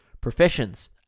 Professions